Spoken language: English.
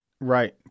Right